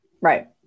Right